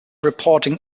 reporting